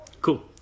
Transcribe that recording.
Cool